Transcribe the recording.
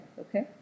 okay